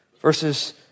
verses